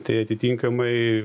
tai atitinkamai